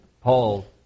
Paul